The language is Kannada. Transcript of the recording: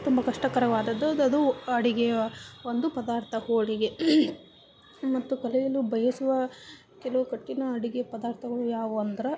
ತುಂಬ ಕಷ್ಟಕರವಾದದ್ದು ಅದು ಅದು ಅಡುಗೆಯ ಒಂದು ಪದಾರ್ಥ ಹೋಳಿಗೆ ಮತ್ತು ಕಲಿಯಲು ಬಯಸುವ ಕೆಲವು ಕಠಿಣ ಅಡುಗೆ ಪದಾರ್ಥಗಳು ಯಾವುವೆಂದ್ರೆ